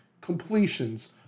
completions